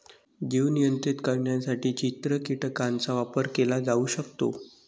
जीव नियंत्रित करण्यासाठी चित्र कीटकांचा वापर केला जाऊ शकतो